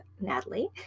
Natalie